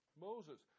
Moses